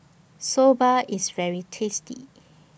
Soba IS very tasty